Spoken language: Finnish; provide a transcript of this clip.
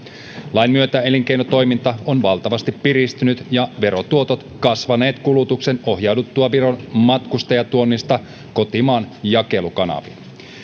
lain myötä elinkeinotoiminta on valtavasti piristynyt ja verotuotot kasvaneet kulutuksen ohjauduttua viron matkustajatuonnista kotimaan jakelukanaviin